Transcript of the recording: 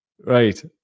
Right